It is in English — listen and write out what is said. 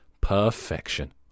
Perfection